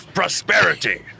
prosperity